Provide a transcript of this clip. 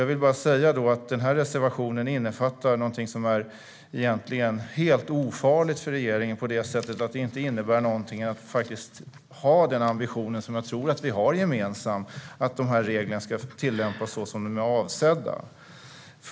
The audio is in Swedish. Jag vill bara säga att den här reservationen innefattar någonting som är helt ofarligt för regeringen på det sättet att det inte innebär någonting att ha den ambitionen som jag tror att vi har gemensamt, nämligen att reglerna ska tillämpas så som de är avsedda.